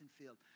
field